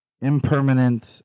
impermanent